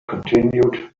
continued